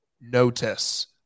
Notice